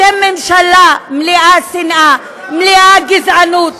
אתם ממשלה מלאת שנאה, מלאת גזענות.